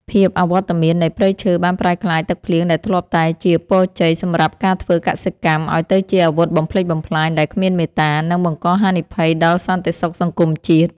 ភាពអវត្តមាននៃព្រៃឈើបានប្រែក្លាយទឹកភ្លៀងដែលធ្លាប់តែជាពរជ័យសម្រាប់ការធ្វើកសិកម្ម ឱ្យទៅជាអាវុធបំផ្លិចបំផ្លាញដែលគ្មានមេត្តា និងបង្កហានិភ័យដល់សន្តិសុខសង្គមជាតិ។